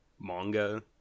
manga